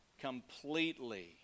completely